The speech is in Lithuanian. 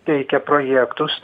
teikia projektus